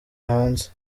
hanze